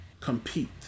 compete